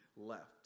left